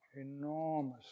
enormous